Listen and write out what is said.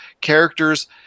characters